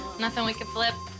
nothing we can flip.